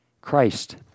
Christ